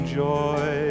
joy